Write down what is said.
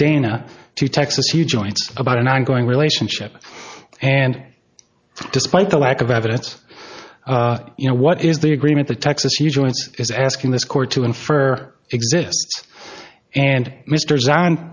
dana to texas he joins about an ongoing relationship and despite the lack of evidence you know what is the agreement the texas new joint is asking this court to infer exists and mr